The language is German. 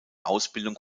ausbildung